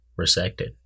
resected